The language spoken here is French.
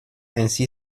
ainsi